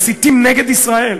מסיתים נגד ישראל.